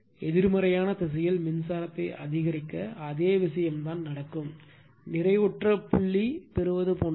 எதிர்மறையான திசையில் மின்சாரத்தை அதிகரிக்க அதே விஷயம்தான் நடக்கும் நிறைவுற்ற புள்ளி பெறுவது போன்றது